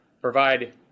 provide